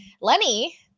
Lenny